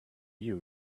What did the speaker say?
you